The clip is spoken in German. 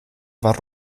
war